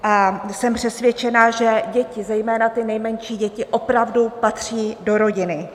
A jsem přesvědčená, že děti, zejména nejmenší děti, opravdu patří do rodiny.